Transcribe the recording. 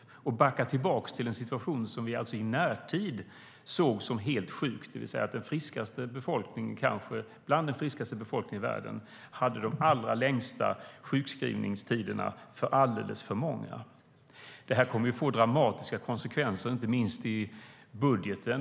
Man vill backa tillbaka till en situation som vi i närtid såg som helt sjuk, det vill säga att en befolkning som var bland de friskaste i världen hade de allra längsta sjukskrivningstiderna för alldeles för många. Det här kommer att få dramatiska konsekvenser, inte minst i budgeten.